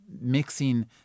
mixing